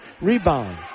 Rebound